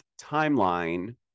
timeline